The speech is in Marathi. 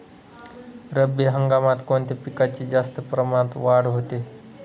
रब्बी हंगामात कोणत्या पिकांची जास्त प्रमाणात वाढ होते?